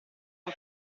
suo